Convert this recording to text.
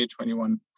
2021